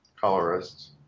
Colorists